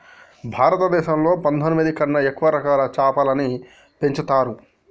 భారతదేశంలో పందొమ్మిది కన్నా ఎక్కువ రకాల చాపలని పెంచుతరు